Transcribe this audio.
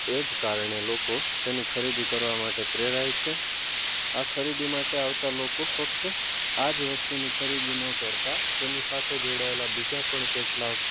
એ જ કારણે લોકો તેની ખરીદી કરવા માટે પ્રેરાય છે આ ખરીદી માટે આવતા લોકો ફક્ત આ જ વસ્તુની ખરીદી ન કરતાં તેની સાથે જોડાયેલા બીજા પણ કેટલાક